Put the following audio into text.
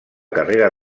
carrera